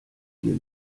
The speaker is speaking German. dir